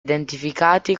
identificati